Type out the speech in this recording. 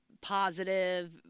positive